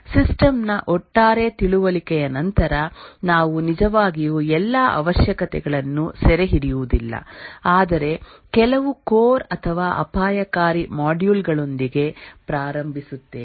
system ನ ಒಟ್ಟಾರೆ ತಿಳುವಳಿಕೆಯ ನಂತರ ನಾವು ನಿಜವಾಗಿಯೂ ಎಲ್ಲಾ ಅವಶ್ಯಕತೆಗಳನ್ನು ಸೆರೆಹಿಡಿಯುವುದಿಲ್ಲ ಆದರೆ ಕೆಲವು ಕೋರ್ ಅಥವಾ ಅಪಾಯಕಾರಿ ಮಾಡ್ಯೂಲ್ ಗಳೊಂದಿಗೆ ಪ್ರಾರಂಭಿಸುತ್ತೇವೆ